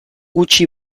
gutxi